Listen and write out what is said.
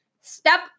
Step